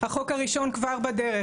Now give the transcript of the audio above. החוק הראשון כבר בדרך,